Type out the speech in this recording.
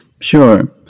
Sure